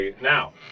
Now